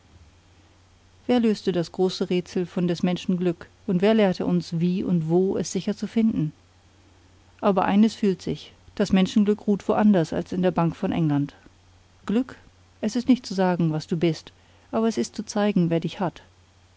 wer löste das große rätsel von des menschen glück und wer lehrte uns wie und wo es sicher zu finden aber eines fühlt sich das menschenglück ruht wo anders als in der bank von england glück es ist nicht zu sagen was du bist aber es ist zu zeigen wer dich hat